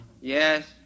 Yes